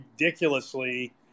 ridiculously